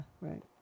right